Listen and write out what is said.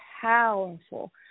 powerful